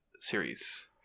series